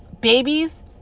Babies